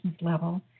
level